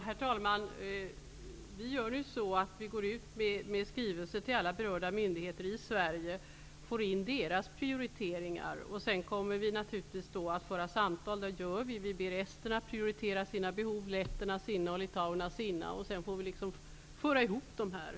Herr talman! Vi går ut med skrivelser till alla berörda myndigheter i Sverige. De redovisar sina prioriteringar, och sedan för vi samtal med esterna, letterna och litauerna som får prioritera sina resp. behov, vilka slutligen sammanförs.